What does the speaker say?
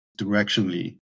directionally